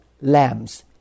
lambs